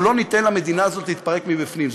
אנחנו לא ניתן למדינה הזאת להתפרק מבפנים.